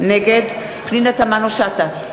נגד פנינה תמנו-שטה,